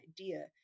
idea